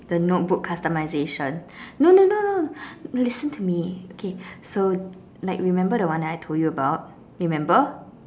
the notebook customization no no no no listen to me K so like remember the one that I told you about remember